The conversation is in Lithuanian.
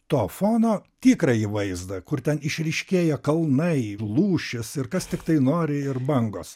to fono tikrąjį vaizdą kur ten išryškėja kalnai lūšis ir kas tiktai nori ir bangos